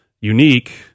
unique